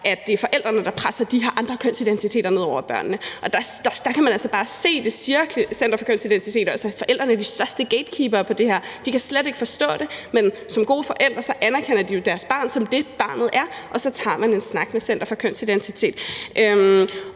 at det er forældrene, der presser de her andre kønsidentiteter ned over børnene. Der kan man altså bare se – det siger Center for Kønsidentitet også – at forældrene er de største gatekeepere i forhold til det her. De kan slet ikke forstå det, men som gode forældre anerkender de jo deres barn som det, barnet er, og så tager man en snak med Center for Kønsidentitet.